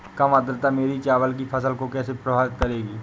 कम आर्द्रता मेरी चावल की फसल को कैसे प्रभावित करेगी?